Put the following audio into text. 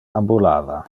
ambulava